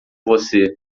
você